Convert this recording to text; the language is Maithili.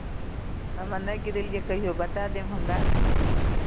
हमे नहि गिरेलियै कहियौ बता देब हमरा